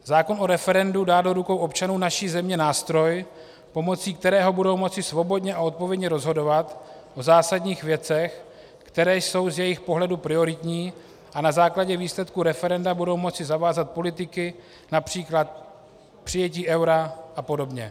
Zákon o referendu dá do rukou občanů naší země nástroj, pomocí kterého budou moci svobodně a odpovědně rozhodovat o zásadních věcech, které jsou z jejich pohledu prioritní, a na základě výsledků referenda budou moci zavázat politiky např. k přijetí eura apod.